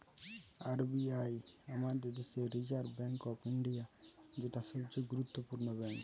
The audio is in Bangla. আর বি আই আমাদের দেশের রিসার্ভ বেঙ্ক অফ ইন্ডিয়া, যেটা সবচে গুরুত্বপূর্ণ ব্যাঙ্ক